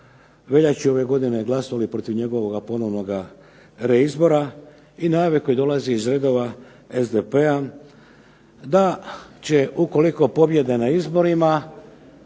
veljači ove godine glasovali protiv njegovoga ponovnoga reizbora i najave koje dolaze iz redova SDP-a da će ukoliko pobijede na izborima